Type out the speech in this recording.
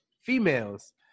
females